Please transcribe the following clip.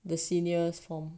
the seniors form